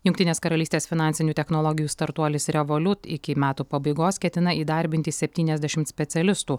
jungtinės karalystės finansinių technologijų startuolis revolut iki metų pabaigos ketina įdarbinti septyniasdešimt specialistų